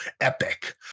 epic